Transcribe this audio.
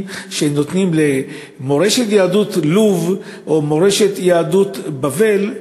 שנותנים למורשת יהדות לוב או מורשת יהדות בבל,